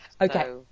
okay